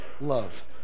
love